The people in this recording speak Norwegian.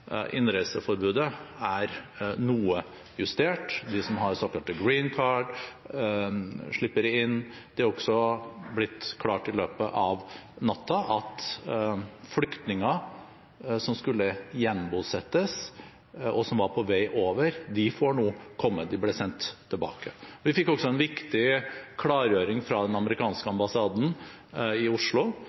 innreiseforbudet er noe justert. De som har et såkalt Green Card, slipper inn. Det er også blitt klart i løpet av natten at flyktninger som skulle gjenbosettes, og som var på vei over, nå får komme – de ble sendt tilbake. Vi fikk også en viktig klargjøring fra den amerikanske ambassaden i Oslo